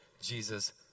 Jesus